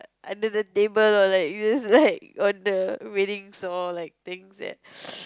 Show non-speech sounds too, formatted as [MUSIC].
under the table or like just like on the railings or like things that [NOISE]